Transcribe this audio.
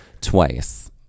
twice